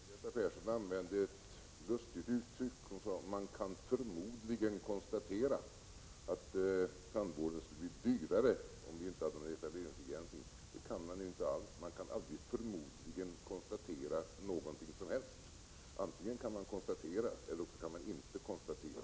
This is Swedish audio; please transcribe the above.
Herr talman! Margareta Persson använde ett lustigt uttryck. Hon sade: Man ”kan förmodligen konstatera” att tandvården skulle bli dyrare, om vi inte hade någon etableringsbegränsning. Det kan man inte alls. Man kan aldrig ”förmodligen konstatera” någonting som helst — antingen kan man konstatera eller också inte konstatera.